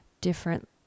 different